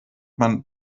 man